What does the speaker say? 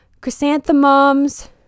chrysanthemums